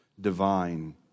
divine